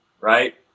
Right